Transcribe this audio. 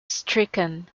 stricken